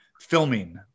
filming